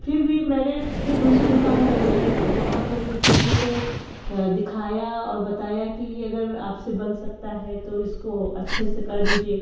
फिर भी मैंने फिर दूसरी दूकान में गई और वहाँ पर उन चीज़ों को दिखाया और बताया कि यह अगर आपसे बन सकता है तो इसको अच्छे से कर दीजिए